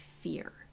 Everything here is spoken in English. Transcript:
fear